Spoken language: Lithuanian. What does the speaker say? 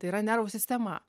tai yra nervų sistema